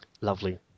Lovely